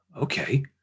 Okay